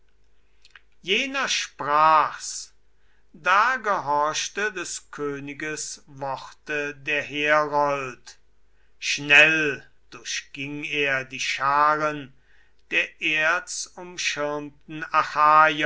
jener sprach's da gehorchte des königes worte der herold schnell durchging er die scharen der erzumschirmten